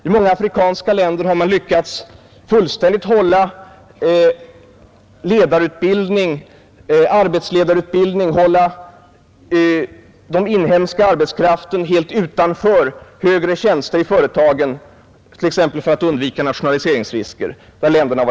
I många afrikanska länder med svagare regeringar har man lyckats hålla den inhemska arbetskraften helt utanför arbetsledarutbildning och högre tjänster i företagen för att t.ex. undvika nationaliseringsrisker.